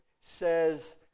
says